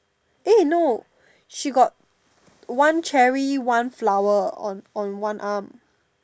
eh no she got one cherry one flower on on one arm